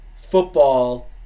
football